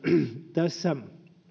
tässä